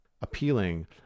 appealing